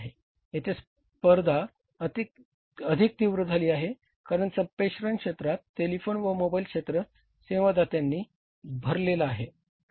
येथे स्पर्धा अधिक तीव्र झाली आहे कारण संप्रेषण क्षेत्रात भरलेला आहे